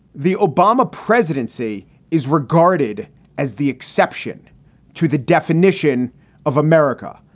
the obama presidency is regarded as the exception to the definition of america,